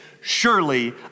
surely